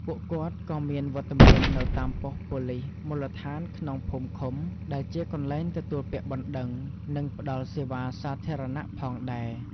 ពួកគាត់ក៏មានវត្តមាននៅតាមប៉ុស្តិ៍ប៉ូលិសមូលដ្ឋានក្នុងភូមិឃុំ ដែលជាកន្លែងទទួលពាក្យបណ្ដឹង និងផ្តល់សេវាសាធារណៈផងដែរ។